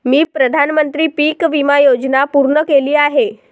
मी प्रधानमंत्री पीक विमा योजना पूर्ण केली आहे